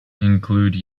include